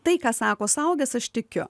tai ką sako suaugęs aš tikiu